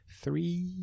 three